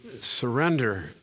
surrender